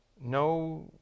no